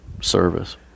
service